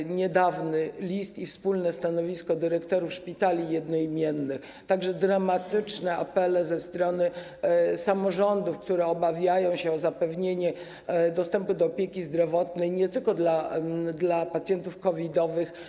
Jest niedawny list i wspólne stanowisko dyrektorów szpitali jednoimiennych, a także dramatyczne apele ze strony samorządów, które obawiają się o zapewnienie dostępu do opieki zdrowotnej nie tylko pacjentom COVID-owym.